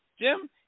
Jim